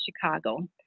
Chicago